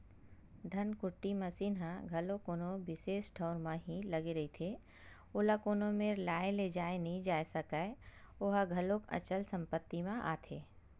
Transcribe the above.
धनकुट्टी मसीन ह घलो कोनो बिसेस ठउर म ही लगे रहिथे, ओला कोनो मेर लाय लेजाय नइ जाय सकय ओहा घलोक अंचल संपत्ति म आथे